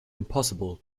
impossible